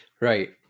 Right